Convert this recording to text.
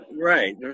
Right